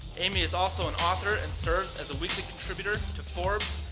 amy is also an author and serves as a weekly contributor to forbes,